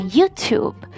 YouTube